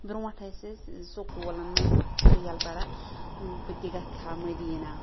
برٛونٛٹھ ٲسۍ أسۍ ٲں سکوٗلَن مَنٛز پرٛایر پَران بہٕ تہِ گَژھہٕ ہا مدیٖنہ